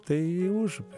tai į užupį